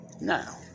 Now